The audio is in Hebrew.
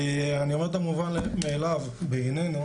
אני אומר את המובן מאליו בענייננו,